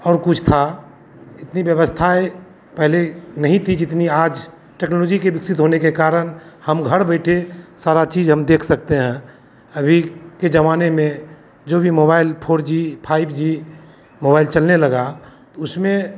और कुछ था इतनी व्यवस्थाएँ पहले नहीं थी जितनी आज टेक्नोलोजी के विकसित होने के कारण हम घर बैठे सारा चीज हम देख सकते हैं अभी के जमाने में जो भी mobile four G five G mobile चलने लगा उसमें